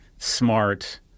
smart